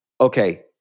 okay